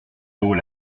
haut